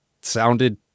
sounded